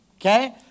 okay